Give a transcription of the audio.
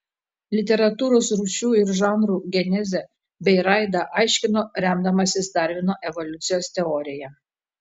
literatūros rūšių ir žanrų genezę bei raidą aiškino remdamasis darvino evoliucijos teorija